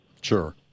Sure